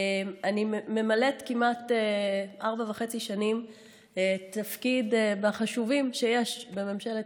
אני ממלאת כמעט ארבע שנים וחצי תפקיד מהחשובים שיש בממשלת